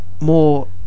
more